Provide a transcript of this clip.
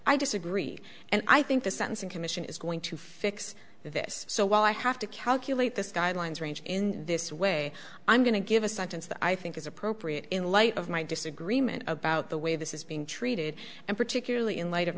i disagree and i think the sentencing commission is going to fix this so while i have to calculate this guidelines range in this way i'm going to give a sentence that i think is appropriate in light of my disagreement about the way this is being treated and particularly in light of